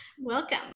Welcome